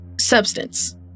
substance